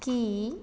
ਕੀ